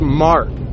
Smart